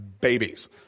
babies